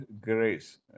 grace